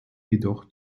jedoch